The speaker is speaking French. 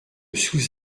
sous